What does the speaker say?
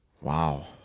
Wow